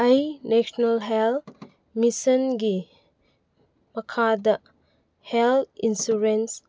ꯑꯩ national health ꯃꯤꯁꯟꯒꯤ ꯃꯈꯥꯗ ꯍꯦꯜ ꯏꯟꯁꯨꯔꯦꯟꯁ